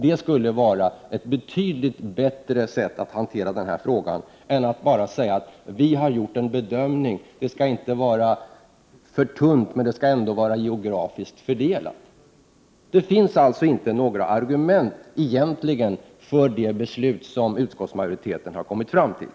Det skulle vara ett betydligt bättre sätt att hantera den här frågan än att bara säga att vi har gjort en bedömning — det skall inte vara för tunt, men utbildningen skall ändå vara geografiskt fördelad. Det finns alltså egentligen inte några argument för det beslut som Prot. 1988/89:120